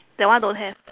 that one don't have